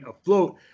afloat